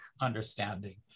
understanding